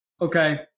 Okay